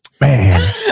Man